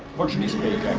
portuguese page